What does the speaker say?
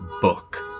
book